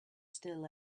still